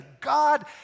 God